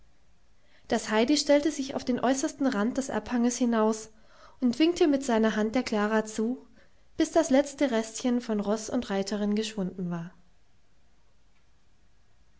das heidi stellte sich auf den äußersten rand des abhanges hinaus und winkte mit seiner hand der klara zu bis das letzte restchen von roß und reiterin geschwunden war